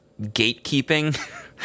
gatekeeping